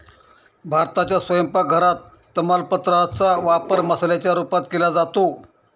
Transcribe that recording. भारताच्या स्वयंपाक घरात तमालपत्रा चा वापर मसाल्याच्या रूपात केला जातो